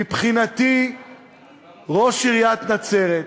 מבחינתי ראש עיריית נצרת,